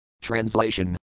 Translation